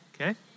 Okay